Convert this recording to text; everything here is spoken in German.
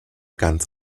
ganz